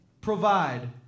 provide